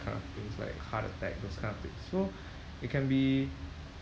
kind of things like heart attack those kind of things so it can be